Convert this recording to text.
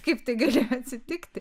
kaip tai galėjo atsitikti